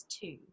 two